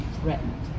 threatened